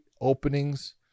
openings